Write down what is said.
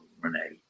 Renee